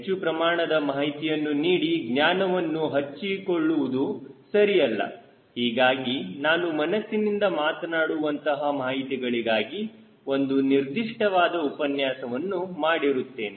ಹೆಚ್ಚು ಪ್ರಮಾಣದ ಮಾಹಿತಿಯನ್ನು ನೀಡಿ ಜ್ಞಾನವನ್ನು ಹಂಚಿಕೊಳ್ಳುವುದು ಸರಿಯಲ್ಲ ಹೀಗಾಗಿ ನಾನು ಮನಸ್ಸಿನಿಂದ ಮಾತನಾಡುವಂತಹ ಮಾಹಿತಿಗಳಿಗಾಗಿ ಒಂದು ನಿರ್ದಿಷ್ಟವಾದ ಉಪನ್ಯಾಸವನ್ನು ಮಾಡಿರುತ್ತೇನೆ